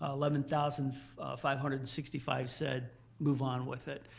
ah eleven thousand five hundred and sixty five said move on with it.